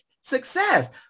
success